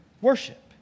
worship